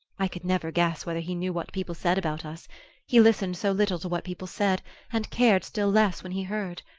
i could never guess whether he knew what people said about us he listened so little to what people said and cared still less, when he heard.